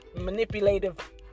manipulative